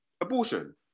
abortion